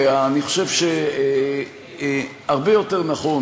ואני חושב שהרבה יותר נכון